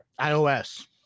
ios